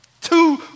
Two